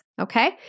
Okay